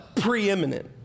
preeminent